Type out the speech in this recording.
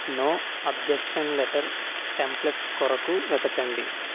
no objection letter template కొరకు వెతకండి